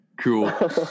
Cool